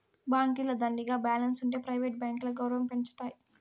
బాంకీల దండిగా బాలెన్స్ ఉంటె ప్రైవేట్ బాంకీల గౌరవం పెంచతాయి